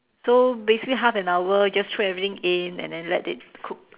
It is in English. so basically half an hour just throw everything in and then let it cook